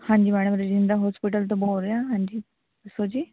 ਹਾਂਜੀ madam Rajindra hospital ਤੋਂ ਬੋਲ ਰਹੇ ਹਾਂ ਹਾਂਜੀ ਦੱਸੋ ਜੀ